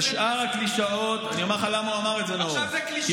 מה אתה מזלזל, למה אתה מזלזל בזה?